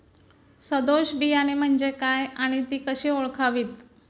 सदोष बियाणे म्हणजे काय आणि ती कशी ओळखावीत?